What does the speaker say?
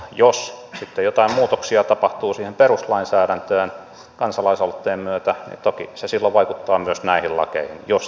jos sitten jotain muutoksia tapahtuu siihen peruslainsäädäntöön kansalaisaloitteen myötä niin toki se silloin vaikuttaa myös näihin lakeihin jos tällaista tapahtuu